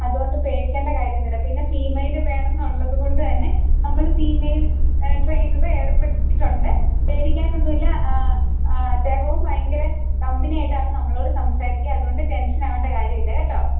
അതു കൊണ്ട് പേടിക്കേണ്ട കാര്യമൊന്നുമില്ല പിന്നെ ഫീമെയിൽ വേണമെന്നുള്ളത് കൊണ്ടു തന്നെ നമ്മൾ ഫീമെയിൽ ട്രൈനറെ ഏർപ്പെടുത്തിയിട്ടുണ്ട് പേടിക്കാനൊന്നുമില്ല അദ്ദേഹവും ഭയങ്കര കമ്പനി ആയിട്ടാണ് നമ്മളോട് സംസാരിക്കുക അതു കൊണ്ട് ടെൻഷനാകേണ്ട കാര്യമില്ല കേട്ടോ